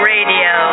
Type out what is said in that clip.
Radio